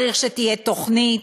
צריך שתהיה תוכנית,